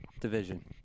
Division